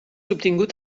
obtingut